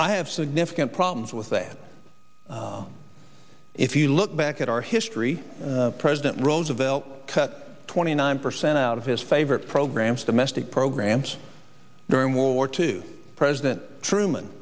i have significant problems with that if you look back at our history president roosevelt cut twenty nine percent out of his favorite programs the mastic programs during world war two president truman